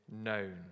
known